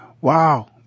Wow